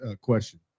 question